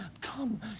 come